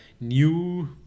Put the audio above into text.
new